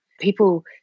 people